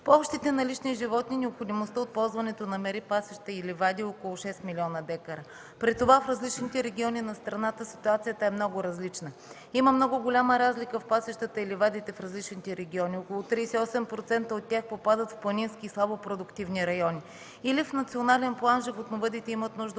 При общите налични животни необходимостта от ползването на мери, пасища и ливади е около 6 млн. дка. При това в различните райони на страната ситуацията е много различна. Има много голяма разлика в пасищата и ливадите в различните региони – около 38% от тях попадат в планински и слабо продуктивни райони. Или в национален план животновъдите имат нужда